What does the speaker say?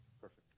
Perfect